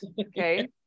Okay